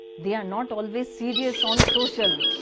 they are not always serious on social.